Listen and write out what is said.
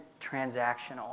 transactional